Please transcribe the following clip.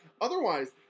Otherwise